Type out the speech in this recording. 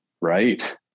right